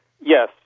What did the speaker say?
Yes